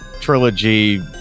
trilogy